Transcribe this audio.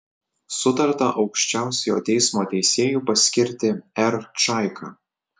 sutarta aukščiausiojo teismo teisėju paskirti r čaiką